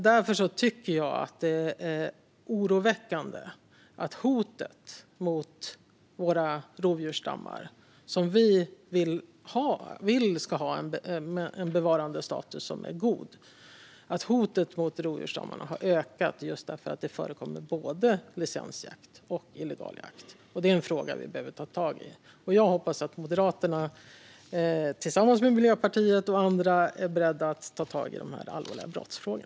Därför tycker jag att det är oroväckande att hotet mot våra rovdjursstammar, som vi vill ska ha en god bevarandestatus, har ökat eftersom det förekommer både licensjakt och illegal jakt. Detta är en fråga som vi behöver ta tag i. Jag hoppas att Moderaterna, tillsammans med Miljöpartiet och andra, är beredda att ta tag i dessa allvarliga brottsfrågor.